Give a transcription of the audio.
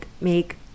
make